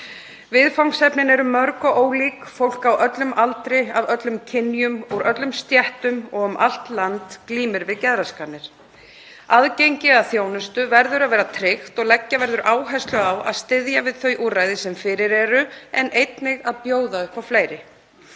Viðfangsefnin eru mörg og ólík. Fólk á öllum aldri, af öllum kynjum, úr öllum stéttum og um allt land glímir við geðraskanir. Aðgengi að þjónustu verður að vera tryggt og leggja verður áherslu á að styðja við þau úrræði sem fyrir eru en einnig að bjóða upp á fleiri.